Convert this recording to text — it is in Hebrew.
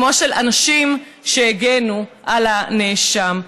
כמו של אנשים שהגנו על הנאשם.